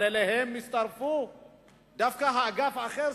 אבל אליהם הצטרפו דווקא האגף האחר,